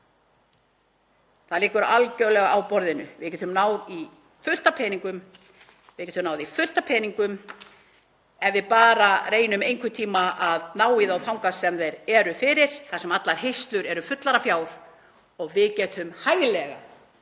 náð í fullt af peningum. Við getum náð í fullt af peningum ef við bara reynum einhvern tíma að ná í þá þangað sem þeir eru fyrir, þar sem allar hirslur eru fullar fjár og við getum hæglega